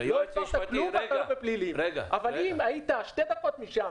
לא הפרת כלום ואתה לא בפלילי אבל אם היית שתי דקות משם